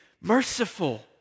Merciful